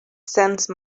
sense